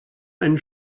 einen